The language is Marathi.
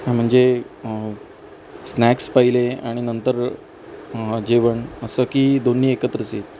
हं म्हणजे स्नॅक्स पहिले आणि नंतर जेवण असं की दोन्ही एकत्रच येईल